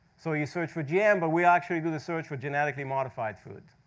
so you search for gm, but we actually do the search for genetically modified food.